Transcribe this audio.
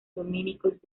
dominicos